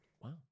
Wow